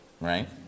right